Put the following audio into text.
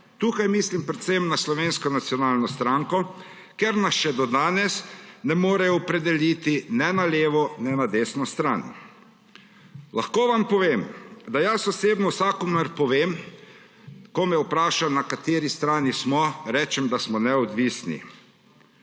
Tukaj mislim predvsem na Slovensko nacionalno stranko, ker nas še do danes ne morejo opredeliti ne na levo, ne na desno stran. Lahko vam povem, da jaz osebno vsakomur povem, ko me vpraša na kateri strani smo, rečem, da smo neodvisni.